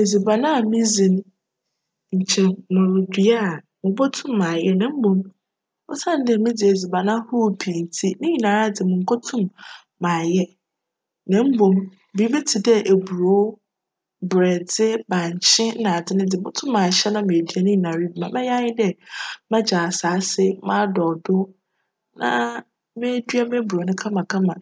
Edziban a midzi no, nkyj murudua a, mobotum ayj na mbom osiandj me dzi edziban ahorow pii ntsi ne nyinara dze munnkotum m'ayj na mbom biribi tse dj eburow, borjdze, bankye na adze ne dze, mobotum ahyj na meedua. Ma mebjyj ara nye dj, mebjgye asaase m'adcw do na meedua m'eburow kama kama.